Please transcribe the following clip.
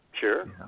Sure